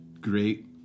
great